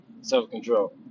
self-control